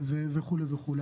וכדומה.